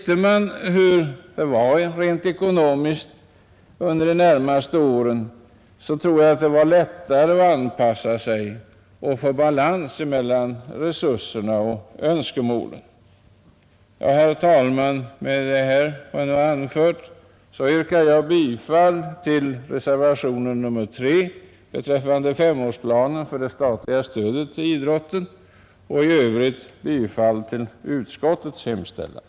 Om man visste hur det rent ekonomiskt skulle ligga till under de närmaste åren, tror jag att det skulle vara lättare att anpassa sig för att få balans mellan resurser och önskemål. Herr talman! Med det anförda yrkar jag bifall till reservationen 3 beträffande femårsplanen för det statliga stödet till idrotten och i övrigt bifall till utskottets hemställan.